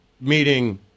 meeting